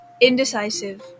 indecisive